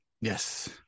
Yes